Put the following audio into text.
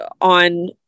on